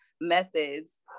methods